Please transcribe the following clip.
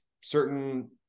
certain